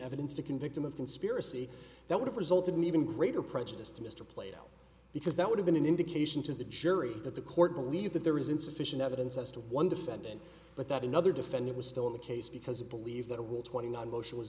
evidence to convict him of conspiracy that would have resulted in even greater prejudice to mr plato because that would have been an indication to the jury that the court believed that there is insufficient evidence as to one defendant but that another defendant was still in the case because it believed that it will twenty nine motion was